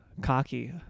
cocky